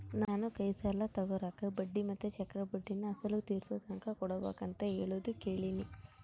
ನಾನು ಕೈ ಸಾಲ ಕೊಡೋರ್ತಾಕ ಬಡ್ಡಿ ಮತ್ತೆ ಚಕ್ರಬಡ್ಡಿನ ಅಸಲು ತೀರಿಸೋತಕನ ಕೊಡಬಕಂತ ಹೇಳೋದು ಕೇಳಿನಿ